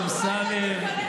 אדוני היושב-ראש, ידידי השר אמסלם,